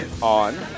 on